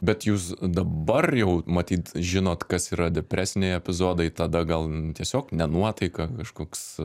bet jūs dabar jau matyt žinot kas yra depresiniai epizodai tada gal tiesiog ne nuotaika kažkoks